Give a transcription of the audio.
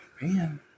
man